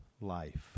life